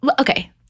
Okay